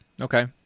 Okay